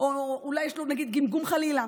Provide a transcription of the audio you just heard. או שיש לו גמגום, חלילה,